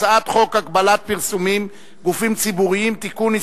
הצעת חוק הגבלת פרסומים (גופים ציבוריים) (תיקון,